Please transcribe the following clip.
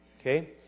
Okay